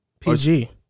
PG